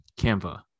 Canva